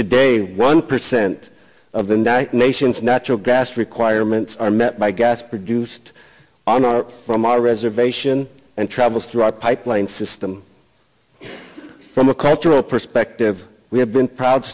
today one percent of the ny nation's natural gas requirements are met by gas produced on our from our reservation and travels through our pipeline system from a cultural perspective we have been proud